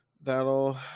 that'll